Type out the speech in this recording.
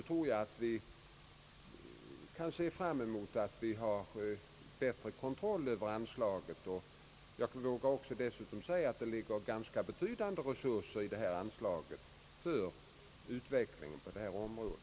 Vi kan nog se fram emot att vi får en bättre kontroll över anslaget, och jag vågar dessutom säga att det ligger ganska betydande resurser i anslaget för utvecklingen på detta område.